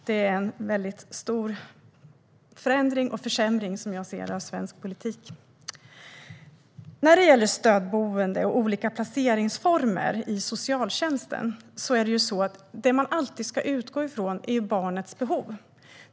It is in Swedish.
Det är en väldigt stor förändring och försämring, som jag ser det, av svensk politik. När det gäller stödboende och olika placeringsformer i socialtjänsten ska man alltid utgå från barnets behov.